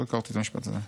לא הכרתי את המשפט הזה.